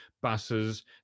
buses